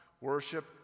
worship